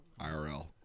IRL